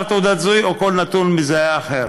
מספר תעודת זיהוי או כל נתון מזהה אחר.